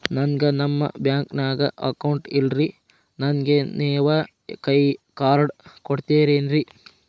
ನನ್ಗ ನಮ್ ಬ್ಯಾಂಕಿನ್ಯಾಗ ಅಕೌಂಟ್ ಇಲ್ರಿ, ನನ್ಗೆ ನೇವ್ ಕೈಯ ಕಾರ್ಡ್ ಕೊಡ್ತಿರೇನ್ರಿ?